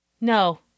No